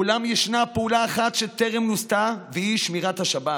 אולם ישנה פעולה אחת שטרם נוסתה, והיא שמירת השבת,